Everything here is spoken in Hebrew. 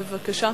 בבקשה.